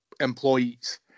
employees